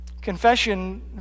confession